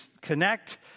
connect